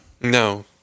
No